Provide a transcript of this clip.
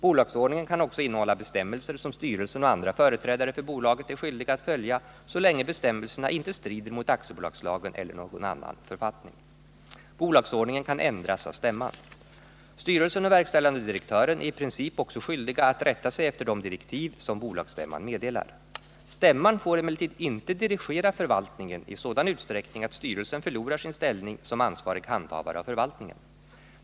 Bolagsordningen kan också innehålla bestämmelser som styrelsen och andra företrädare för bolaget är skyldiga att följa så länge bestämmelserna inte strider mot aktiebolagslagen eller någon annan författning. Bolagsordningen kan ändras av stämman. Styrelsen och verkställande direktören är i princip också skyldiga att rätta sig efter de direktiv som bolagsstämman meddelar. Stämman får emellertid inte dirigera förvaltningen i sådan utsträckning att styrelsen förlorar sin ställning som ansvarig handhavare av förvaltningen.